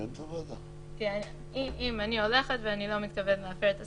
--- אם אני הולכת ולא מתכוונת להפר את הסדר,